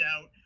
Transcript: out